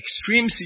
extreme